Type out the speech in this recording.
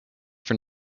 for